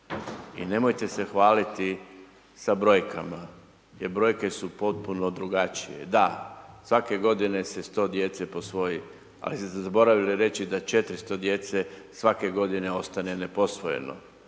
i nemojte se hvaliti sa brojkama jer brojke su potpuno drugačije. Da, svake godine se 100 djece posvoji, ali ste zaboravili reći da 400 djece svake godine ostane neposvojeno